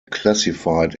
classified